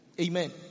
Amen